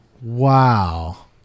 Wow